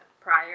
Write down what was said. prior